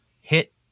hit